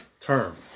term